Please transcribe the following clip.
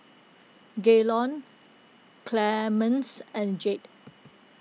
Gaylon Clemence and Jade